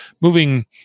moving